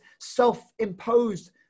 self-imposed